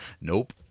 Nope